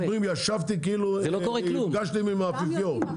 אתם אומרים ישבתם כאילו נפגשתם עם האפיפיור.